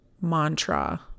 mantra